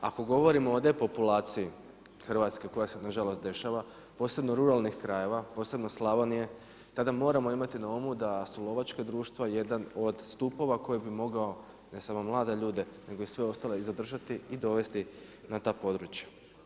Ako govorimo o depopulaciji Hrvatske koja se nažalost dešava, posebno ruralnih krajeva, posebno Slavonije, tada moramo imati na umu da su lovačka društva jedan od stupova koji bi mogao ne samo mlade ljude nego i sve ostale i zadržati i dovesti na ta područja.